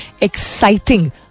exciting